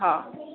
ହଁ